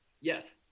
Yes